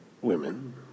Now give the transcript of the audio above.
women